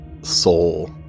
soul